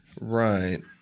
right